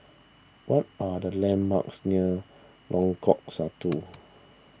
what are the landmarks near Lengkok Satu